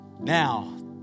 Now